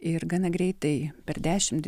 ir gana greitai per dešimt